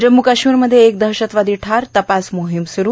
जम्मू काश्मीरमध्ये एक दहशतवादी ठार तपास मोहिम स्रू